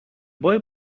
boy